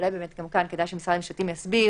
אולי גם כאן כדאי שמשרד המשפטים יסביר.